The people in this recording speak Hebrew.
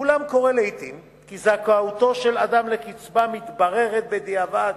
אולם קורה לעתים כי זכאותו של אדם לקצבה מתבררת בדיעבד,